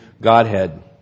Godhead